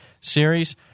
series